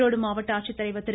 ஈரோடு மாவட்ட ஆட்சித்தலைவர் திரு